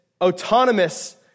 autonomous